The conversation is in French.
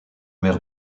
mer